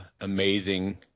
amazing